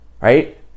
right